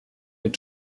mit